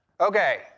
Okay